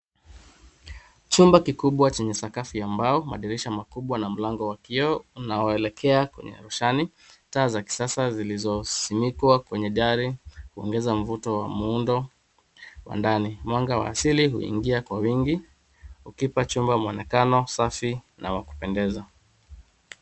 Chumba kikubwa chenye sakafu ya mbao, madirisha makubwa na mlango wa kioo unaoelekea kwenye roshani, taa za kisasa zilizosinikwa kwenye dari zinaongeza mvuto wa ndani. Mwanga wa asili unaingia kwa wingi ukipa chumba mwonekano safi na wa kupendeza.